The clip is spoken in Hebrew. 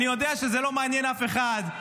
אני יודע שזה לא מעניין אף אחד,